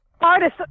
Artist